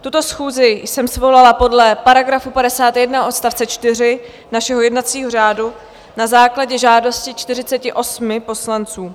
Tuto schůzi jsem svolala podle § 51 odst. 4 našeho jednacího řádu na základě žádosti 48 poslanců.